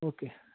okay